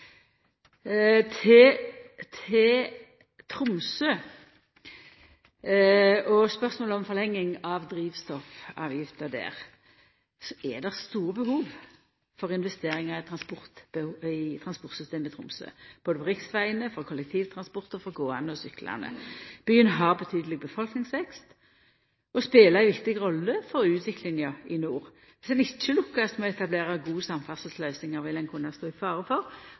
det gjeld Tromsø og spørsmålet om forlenging av drivstoffavgifta der, er det store behov for investeringar i transportsystemet i Tromsø, både på riksvegane, for kollektivtransporten og for gåande og syklande. Byen har betydeleg befolkningsvekst og spelar ei viktig rolle for utviklinga i nord. Viss ein ikkje lukkast med å etablera gode samferdselsløysingar, vil ein kunna stå i fare for